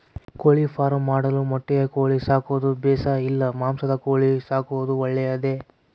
ಕೋಳಿಫಾರ್ಮ್ ಮಾಡಲು ಮೊಟ್ಟೆ ಕೋಳಿ ಸಾಕೋದು ಬೇಷಾ ಇಲ್ಲ ಮಾಂಸದ ಕೋಳಿ ಸಾಕೋದು ಒಳ್ಳೆಯದೇ?